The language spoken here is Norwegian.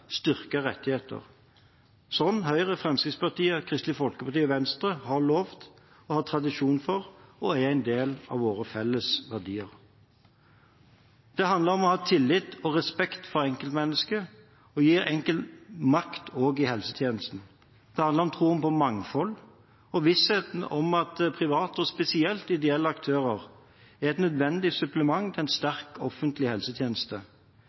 rettigheter, slik Høyre, Fremskrittspartiet, Kristelig Folkeparti og Venstre har lovet og har tradisjon for, og som er en del av våre felles verdier. Det handler om å ha tillit til og respekt for enkeltmennesket, og gi hver enkelt makt også i helsetjenesten. Det handler om troen på mangfold og vissheten om at private og spesielt ideelle aktører er et nødvendig supplement til en sterk offentlig helsetjeneste